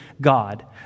God